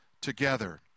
together